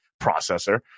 processor